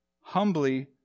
humbly